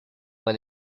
but